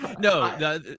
no